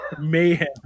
mayhem